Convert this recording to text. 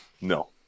No